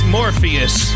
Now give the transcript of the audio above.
Morpheus